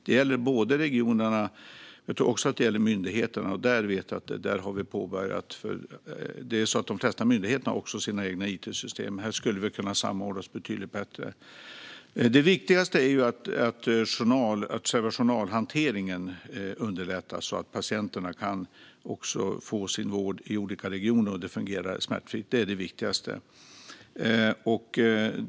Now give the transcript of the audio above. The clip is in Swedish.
Det gäller både regioner och myndigheter. De flesta myndigheter har ju också sina egna it-system, och där skulle vi kunna samordna oss betydligt bättre. Det viktigaste är att själva journalhanteringen underlättas, så att patienterna kan få vård i olika regioner och att det fungerar smidigt. Det är det viktigaste.